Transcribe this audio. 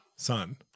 Son